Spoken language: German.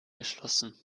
geschlossen